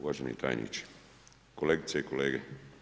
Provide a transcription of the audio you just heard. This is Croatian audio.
Uvaženi tajniče, kolegice i kolege.